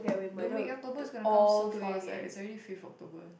dude mid October is gonna come so fast eh it's already fifth October